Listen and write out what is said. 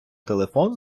телефон